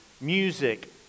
music